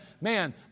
Man